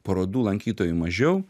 parodų lankytojų mažiau